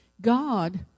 God